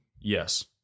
Yes